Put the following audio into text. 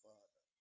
Father